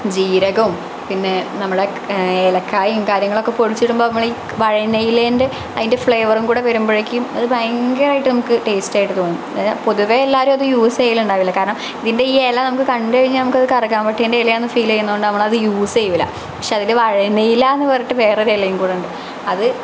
ജീരകവും പിന്നെ നമ്മളെ ഏലക്കായയും കാര്യങ്ങളുമൊക്കെ പൊടിച്ചിടുമ്പോൾ നമ്മൾ ഈ വഴണ ഇലൻ്റെ അതിൻ്റെ ഫ്ലേവറും കൂടെ വരുമ്പഴേക്ക് ഒരു ഭയങ്കരം ആയിട്ട് നമുക്ക് ടേസ്റ്റ് ആയിട്ട് തോന്നും പൊതുവെ എല്ലാവരും അത് യൂസ് ചെയ്യൽ ഉണ്ടാവില്ല കാരണം ഇതിൻ്റെ ഈ ഇല നമുക്ക് കണ്ടുകഴിഞ്ഞ നമുക്കത് കറുകപട്ടെൻ്റെ ഇലയാന്ന് ഫീലിയുന്നൊണ്ട് നമ്മളത് യൂസ് ചെയ്യൂല പക്ഷെ അതില് വഴണയിലാന്ന് പറഞ്ഞിട്ട് വേറൊരു ഇലേം കൂടെയുണ്ട് അത്